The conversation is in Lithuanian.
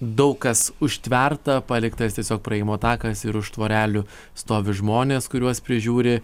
daug kas užtverta paliktas tiesiog praėjimo takas ir už tvorelių stovi žmonės kuriuos prižiūri